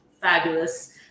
fabulous